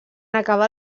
acabar